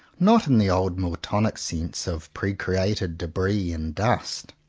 not in the old miltonic sense of pre-createdj debris and dust.